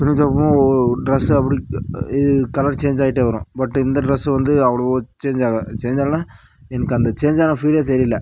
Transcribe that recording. துணி தொவைப்போம் ஓ ட்ரெஸ் அப்டியே கலர் சேஞ்ச் ஆகிட்டே வரும் பட் இந்த ட்ரெஸ் வந்து அவ்ளோவாக சேஞ்ச் ஆகலை சேஞ்ச் ஆகலனா எனக்கு அந்த சேஞ்ச் ஆன ஃபீலே தெரியல